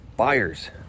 Buyers